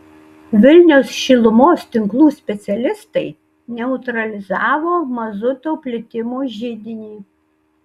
vilniaus šilumos tinklų specialistai neutralizavo mazuto plitimo židinį